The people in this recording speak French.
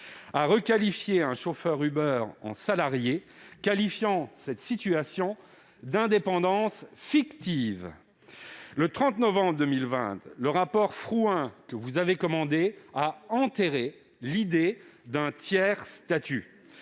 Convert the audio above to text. a requalifié un chauffeur Uber en salarié, qualifiant sa situation d'« indépendance fictive »! Le 30 novembre 2020, le rapport Frouin, que vous avez commandé, a enterré l'idée d'un tiers statut.